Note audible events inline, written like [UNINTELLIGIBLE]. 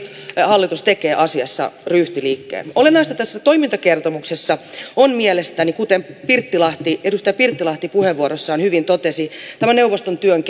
hallitus tekee asiassa ryhtiliikkeen olennaista tässä toimintakertomuksessa on mielestäni kuten edustaja pirttilahti puheenvuorossaan hyvin totesi tämä neuvoston työn [UNINTELLIGIBLE]